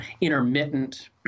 intermittent